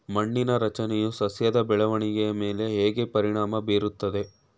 ಮಣ್ಣಿನ ರಚನೆಯು ಸಸ್ಯದ ಬೆಳವಣಿಗೆಯ ಮೇಲೆ ಹೇಗೆ ಪರಿಣಾಮ ಬೀರುತ್ತದೆ?